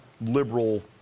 liberal